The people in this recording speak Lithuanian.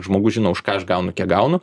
žmogus žino už ką aš gaunu kiek gaunu